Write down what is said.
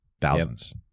Thousands